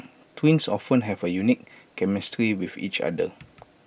twins often have A unique chemistry with each other